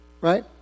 Right